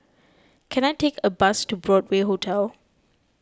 can I take a bus to Broadway Hotel